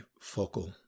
focal